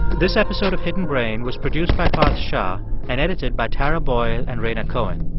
this episode of hidden brain was produced by parth shah, and edited by tara boyle and rhaina cohen.